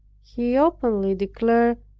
he openly declared,